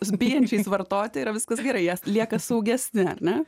su bijančiais vartoti yra viskas gerai jie lieka saugesni ar ne